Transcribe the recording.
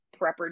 prepper